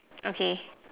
okay